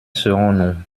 serons